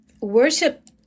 worship